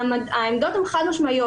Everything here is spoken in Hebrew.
והעמדות הן חד-משמעיות,